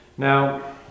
Now